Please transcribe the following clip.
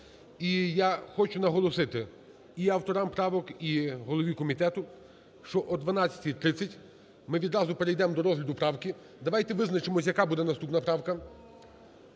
І я хочу наголосити і авторам правок, і голові комітету, що о 12:30 ми відразу перейдемо до розгляду правки. Давайте визначимось, яка буде наступна правка